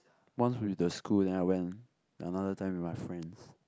once with the school then I went another time with my friends